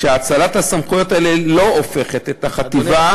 שהאצלת הסמכויות לא הופכת את החטיבה,